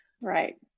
right